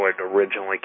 originally